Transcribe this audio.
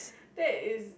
that is